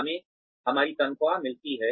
हमें हमारी तनख्वाह मिलती है